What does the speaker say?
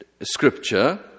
scripture